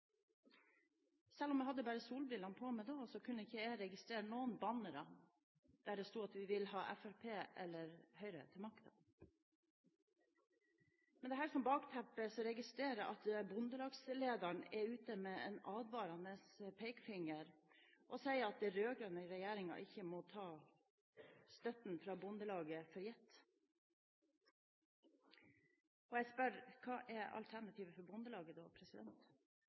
Selv om jeg hadde bare solbrillene på meg da, kunne ikke jeg registrere noen bannere der det sto: Vi vil ha Fremskrittspartiet eller Høyre til makta. Med dette som bakteppe registrerer jeg at bondelagslederen er ute med en advarende pekefinger og sier at den rød-grønne regjeringen ikke må ta støtten fra Bondelaget for gitt. Jeg spør: Hva er alternativet for Bondelaget da?